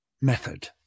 method